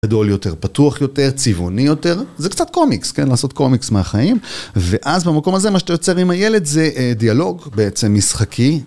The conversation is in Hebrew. גדול יותר, פתוח יותר, צבעוני יותר, זה קצת קומיקס, כן? לעשות קומיקס מהחיים. ואז במקום הזה מה שאתה יוצר עם הילד זה דיאלוג, בעצם משחקי.